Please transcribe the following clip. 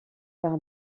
par